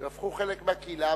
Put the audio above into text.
הם הפכו חלק מהקהילה,